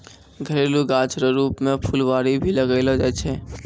घरेलू गाछ रो रुप मे फूलवारी भी लगैलो जाय छै